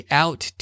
out